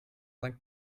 sankt